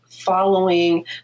following